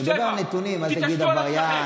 תדבר על נתונים, אל תגיד "עבריין".